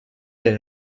est